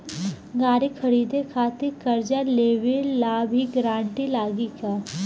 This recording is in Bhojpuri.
गाड़ी खरीदे खातिर कर्जा लेवे ला भी गारंटी लागी का?